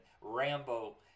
Rambo